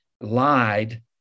lied